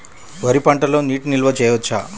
వరి పంటలో నీటి నిల్వ చేయవచ్చా?